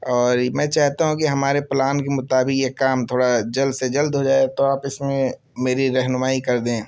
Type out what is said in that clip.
اور میں چاہتا ہوں کہ ہمارے پلان کے مطابق یہ کام تھوڑا جلد سے جلد ہو جائے تو آپ اس میں میری رہنمائی کر دیں